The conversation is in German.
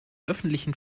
öffentlichen